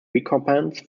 recompense